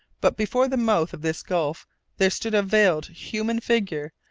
but before the mouth of this gulf there stood a veiled human figure,